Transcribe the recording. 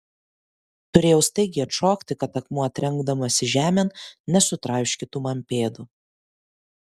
turėjau staigiai atšokti kad akmuo trenkdamasis žemėn nesutraiškytų man pėdų